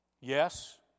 Yes